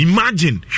Imagine